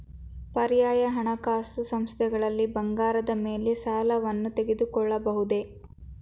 ಪರ್ಯಾಯ ಹಣಕಾಸು ಸಂಸ್ಥೆಗಳಲ್ಲಿ ಬಂಗಾರದ ಮೇಲೆ ಸಾಲವನ್ನು ತೆಗೆದುಕೊಳ್ಳಬಹುದೇ?